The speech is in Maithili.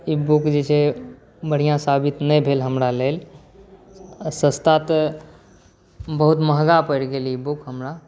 ई बुक जे छै बढ़िआँ साबित नहि भेल हमरा लेल आओर सस्ता तऽ बहुत महगा पड़ि गेल ई बुक हमरा